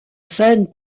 scène